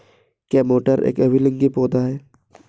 क्या मटर एक उभयलिंगी पौधा है?